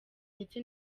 ndetse